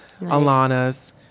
Alana's